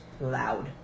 loud